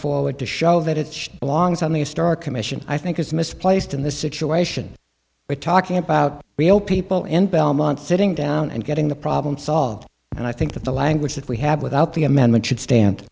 forward to show that it she belongs on the star commission i think is misplaced in this situation we're talking about real people in belmont sitting down and getting the problem solved and i think that the language that we have without the amendment should stand